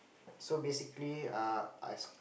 so basically err I